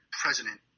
president